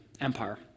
empire